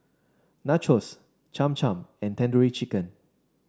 Nachos Cham Cham and Tandoori Chicken